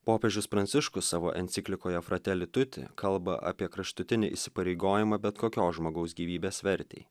popiežius pranciškus savo enciklikoje fratelli tutti kalba apie kraštutinį įsipareigojimą bet kokios žmogaus gyvybės vertei